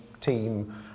team